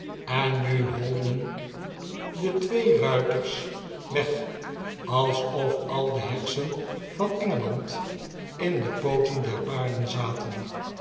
en nu holden de twee ruiters weg alsof al de heksen van engeland in de pooten der paarden zaten